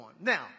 Now